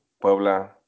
Puebla